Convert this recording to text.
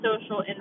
social